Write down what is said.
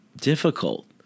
difficult